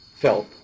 felt